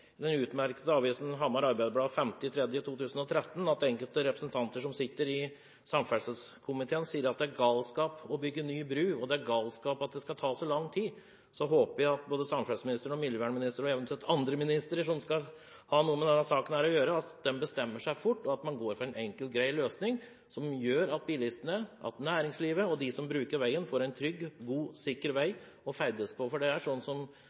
samferdselskomiteen, sier at det er galskap å bygge ny bru, og at det er galskap at det skal ta så lang tid, da håper jeg at både samferdselsministeren, miljøvernministeren og eventuelt andre ministre som skal ha noe med denne saken å gjøre, bestemmer seg fort, og at man går for en enkel og grei løsning som gjør at bilistene, næringslivet og de som bruker veien, får en trygg, god og sikker vei å ferdes på. Det er slik som